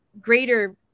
greater